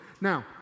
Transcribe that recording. Now